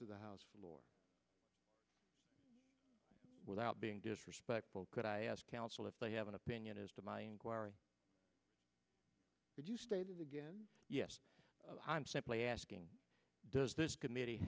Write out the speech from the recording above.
to the house floor without being disrespectful could i ask counsel if they have an opinion as to my inquiry you stated again yes i'm simply asking does this committee